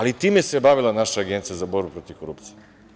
Time se bavila naša Agencija za borbu protiv korupcije.